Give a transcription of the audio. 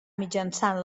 mitjançant